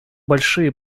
большие